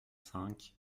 cinq